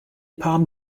palm